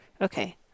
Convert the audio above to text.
Okay